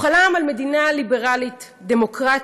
הוא חלם על מדינה ליברלית, דמוקרטית,